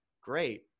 great